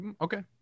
okay